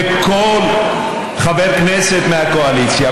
וכל חבר כנסת מהקואליציה,